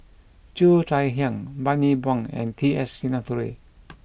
Cheo Chai Hiang Bani Buang and T S Sinnathuray